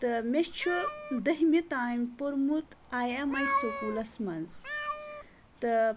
تہٕ مےٚ چھُ دٔہمہِ تانۍ پوٚرمُت آی ایٚم آی سکوٗلَس منٛز تہٕ